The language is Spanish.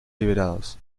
liberados